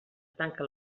tanca